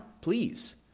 please